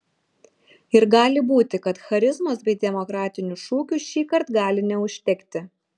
ir gali būti kad charizmos bei demokratinių šūkių šįkart gali neužtekti